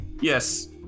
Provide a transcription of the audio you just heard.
Yes